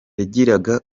yagiraga